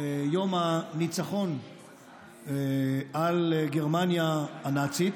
יום הניצחון על גרמניה הנאצית,